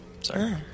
Sorry